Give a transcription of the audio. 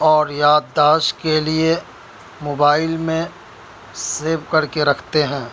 اور یادداشت کے لیے موبائل میں سیب کر کے رکھتے ہیں